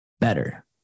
better